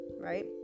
right